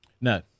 No